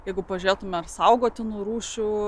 jeigu pažiūrėtumė ar saugotinų rūšių